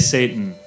Satan